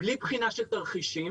בלי בחינה של תרחישים.